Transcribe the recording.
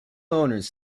owners